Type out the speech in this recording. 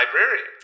librarian